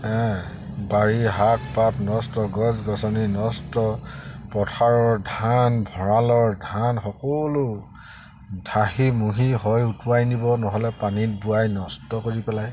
হে বাৰী শাক পাত নষ্ট গছ গছনি নষ্ট পথাৰৰ ধান ভঁৰালৰ ধান সকলো ধাহি মুহি হয় উঠুৱাই নিব নহ'লে পানীত বোৱাই নষ্ট কৰি পেলায়